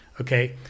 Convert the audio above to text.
okay